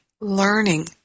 Learning